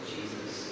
Jesus